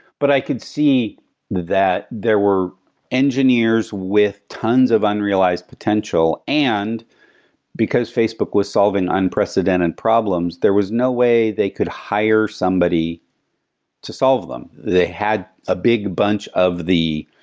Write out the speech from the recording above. but i could see that there were engineers with tons of unrealized potential and because facebook was solving unprecedented problems, there was no way they could hire somebody to solve them. they had a big bunch of the